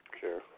Sure